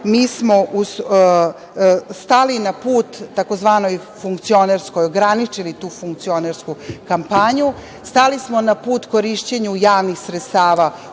mi smo stali na put tzv. „funkcionerskoj“ ograničili tu „funkcionersku“ kampanju, stali smo na put korišćenju javnih sredstava